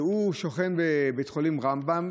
ששוכן בבית חולים רמב"ם,